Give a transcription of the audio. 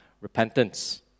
repentance